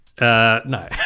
No